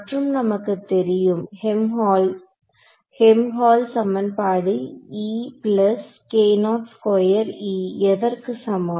மற்றும் நமக்குத் தெரியும் ஹெல்ம்ஹால்ட்ஸ் சமன்பாடு எதற்கு சமம்